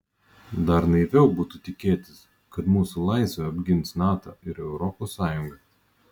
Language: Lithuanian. dar naiviau būtų tikėtis kad mūsų laisvę apgins nato ir europos sąjunga